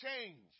change